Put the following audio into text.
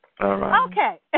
Okay